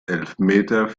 elfmeter